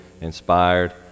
inspired